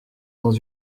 dans